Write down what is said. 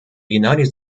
united